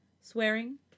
swearing